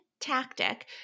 tactic